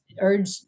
urge